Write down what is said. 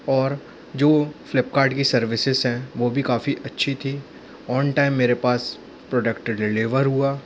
और जो फ़्लिपकार्ट की सर्विसिज़ हैं वो भी काफ़ी अच्छी थीं ऑन टाइम मेरे पास प्रॉडक्ट डिलिवर हुआ